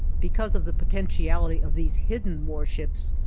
because of the potentiality of these hidden warships,